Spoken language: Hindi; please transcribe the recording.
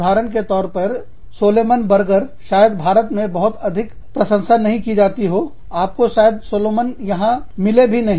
उदाहरण के तौर पर सोलोमन बर्गर शायद भारत में बहुत अधिक प्रशंसा नहीं की जाती हो आपको शायद सोलोमन यहां मिले भी नहीं